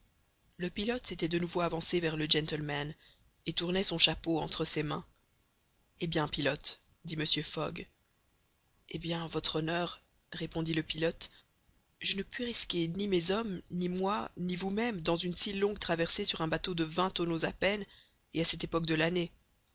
le pilote s'était de nouveau avancé vers le gentleman et tournait son chapeau entre ses mains eh bien pilote dit mr fogg eh bien votre honneur répondit le pilote je ne puis risquer ni mes hommes ni moi ni vous-même dans une si longue traversée sur un bateau de vingt tonneaux à peine et à cette époque de l'année